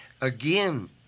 again